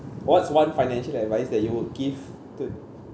what's one financial advice that you would give to